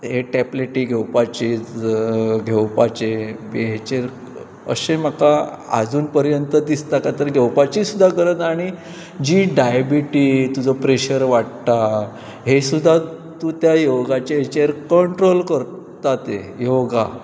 टॅबलेटी घेवपाची घेवपाचे हाचेर अशें म्हाका आजून पर्यंत दिसता काय तर घेवपाची सुद्दां गरज ना आनी जी डायबिटीज तुजो प्रेशर वाडटा हें सुद्दां तूं त्या योगाचे हाचेर कंट्रोल करता ते योगा